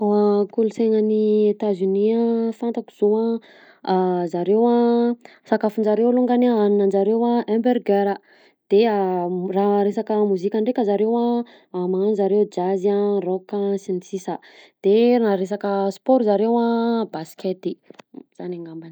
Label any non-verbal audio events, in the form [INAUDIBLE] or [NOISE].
[HESITATION] Kolontsainan'i Etats Unis a fantako zao [HESITATION] zareo a sakafonjareo longany haninanjareo a hamburger de a raha resaka mozika ndreka zareo a magnano zareo jazz a, rock a, sy ny sisa de raha resaka sport zareo a basket zany angambany.